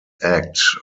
act